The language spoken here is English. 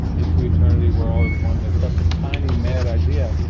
into eternity where all is one, there crept a tiny, mad idea,